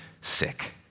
sick